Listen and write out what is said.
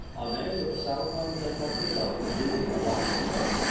a man with sound common sense like yourself could do me a lot of good.